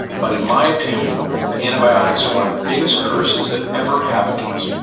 but in my opinion antibiotics are one of the biggest curses that ever happened to us.